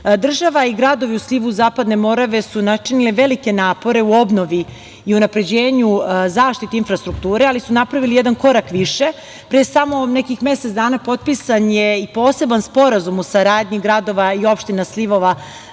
i gradovi u slivu Zapadne Morave su načinili velike napore u obnovi i unapređenju zaštite infrastrukture, ali su napravili jedan korak više. Naime, pre samo mesec dana potpisan je i Poseban sporazum o saradnji gradova i opština slivova